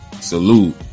Salute